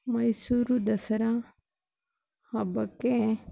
ಮೈಸೂರು ದಸರಾ ಹಬ್ಬಕ್ಕೆ